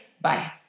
Bye